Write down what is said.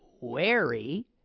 wary